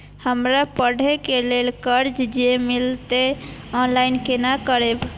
हमरा पढ़े के लेल कर्जा जे मिलते ऑनलाइन केना करबे?